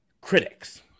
critics